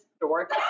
dork